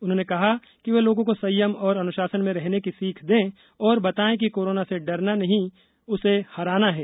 उन्होंने कहा कि वे लोगों को संयम और अनुशासन में रहने की सीख दें और बताएं की कोरोना से डरना नहीं उसे हराना है